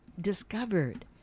discovered